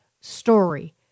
story